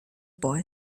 boy